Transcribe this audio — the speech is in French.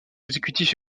exécutif